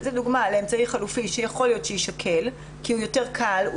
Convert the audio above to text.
זאת דוגמה לאמצעי חלופי שיכול להיות שיישקל כי הוא יותר קל והוא